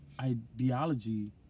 ideology